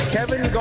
Kevin